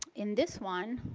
in this one,